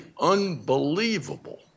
unbelievable